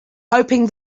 hoping